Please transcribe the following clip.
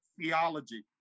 Theology